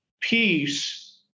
peace